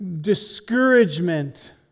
discouragement